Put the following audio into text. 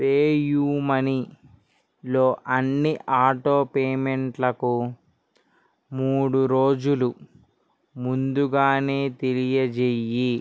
PayU మనీలో అన్ని auto పేమెంట్లకు మూడురోజుల ముందుగానే తెలియజేయి